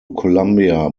colombia